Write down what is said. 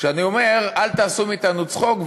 שאני אומר: אל תעשו מאתנו צחוק,